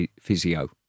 physio